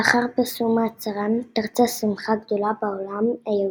לאחר פרסום ההצהרה פרצה שמחה גדולה בעולם היהודי.